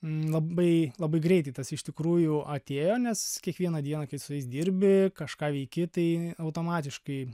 labai labai greitai tas iš tikrųjų atėjo nes kiekvieną dieną kai su jais dirbi kažką veiki tai automatiškai